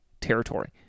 territory